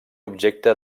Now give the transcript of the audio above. objecte